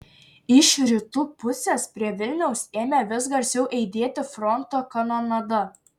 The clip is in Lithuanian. iš rytų pusės prie vilniaus ėmė vis garsiau aidėti fronto kanonada